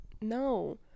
No